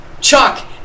Chuck